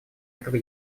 этого